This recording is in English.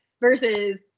versus